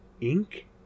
ink